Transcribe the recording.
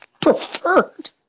preferred